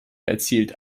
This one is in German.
erzielt